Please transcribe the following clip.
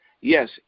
Yes